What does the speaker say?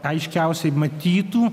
aiškiausiai matytų